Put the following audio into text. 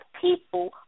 people